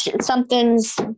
something's